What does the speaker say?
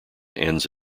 ends